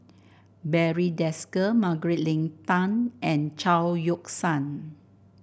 Barry Desker Margaret Leng Tan and Chao Yoke San